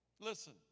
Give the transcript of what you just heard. Listen